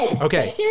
Okay